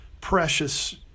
precious